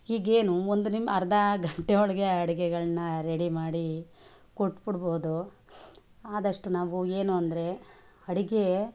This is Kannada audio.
ಈಗೇನು ಒಂದು ನಿಮ್ಮ ಅರ್ಧ ಗಂಟೆ ಒಳಗೆ ಅಡುಗೆಗಳ್ನ ರೆಡಿ ಮಾಡಿ ಕೊಟ್ಟ್ಬಿಡ್ಬೌದು ಆದಷ್ಟು ನಾವು ಏನು ಅಂದರೆ ಅಡುಗೆ